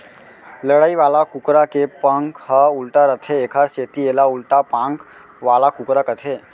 लड़ई वाला कुकरा के पांख ह उल्टा रथे एकर सेती एला उल्टा पांख वाला कुकरा कथें